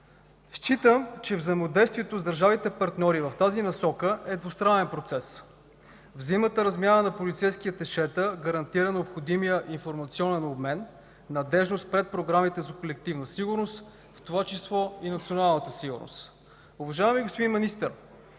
Считам, че взаимодействието с държавите – партньори в тази насока, е двустранен процес. Взаимната размяна на полицейски аташета гарантира необходимия информационен обмен, надеждност пред програмите за колективна сигурност, в това число и националната сигурност. Уважаеми господин Министър,